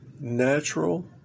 natural